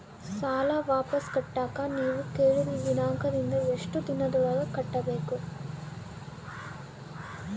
ಸಾಲ ವಾಪಸ್ ಕಟ್ಟಕ ನೇವು ಹೇಳಿದ ದಿನಾಂಕದಿಂದ ಎಷ್ಟು ದಿನದೊಳಗ ಕಟ್ಟಬೇಕು?